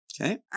Okay